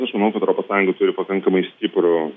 aš manau kad europos sąjunga turi pakankamai stiprų